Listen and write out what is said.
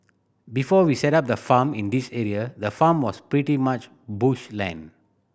before we set up the farm in this area the farm was pretty much bush land